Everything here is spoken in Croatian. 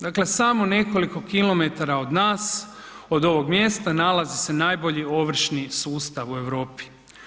Dakle samo nekoliko kilometara od nas, od ovog mjesta, nalazi se najbolji ovršni sustav u Europi.